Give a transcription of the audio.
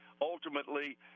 ultimately